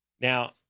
Now